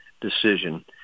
decision